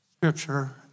scripture